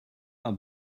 are